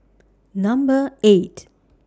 Number eight